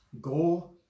Go